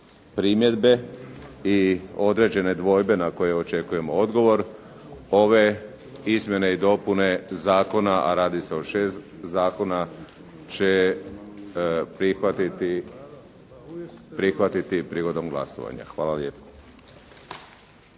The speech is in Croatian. primjedbe i određene dvojbe na koje očekujemo odgovor, ove izmjene i dopune zakona, a radi se o šest zakona će prihvatiti prigodom glasovanja. Hvala lijepo.